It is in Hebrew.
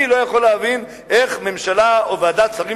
אני לא יכול להבין איך ממשלה או ועדת שרים